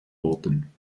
worden